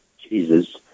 Jesus